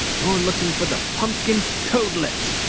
you're looking for the pumpkin toadlet.